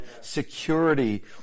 security